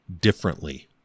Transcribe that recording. differently